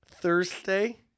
Thursday